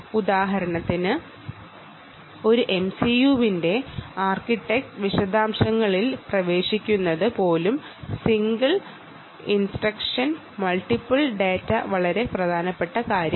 ഉദാഹരണത്തിന് ഒരു എംസിയുവിന്റെ ആർക്കിടെക്ചർ വിശദാംശങ്ങളിൽ പ്രവേശിക്കുന്നത് പോലും വളരെ പ്രധാനമാണ് അതായത് സിംഗിൾ ഇൻസ്ട്രക്ഷൻ മൾട്ടിപ്പിൾ ഡാറ്റ പോലുള്ളവ വളരെ പ്രധാനമാണ്